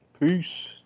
Peace